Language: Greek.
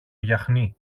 γιαχνί